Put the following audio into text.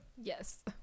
Yes